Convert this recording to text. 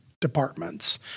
departments